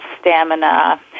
stamina